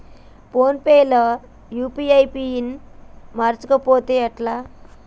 Phone pay లో UPI pin మరచిపోతే ఎట్లా?